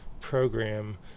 program